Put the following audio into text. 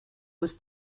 was